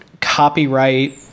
copyright